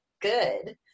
good